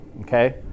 okay